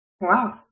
Wow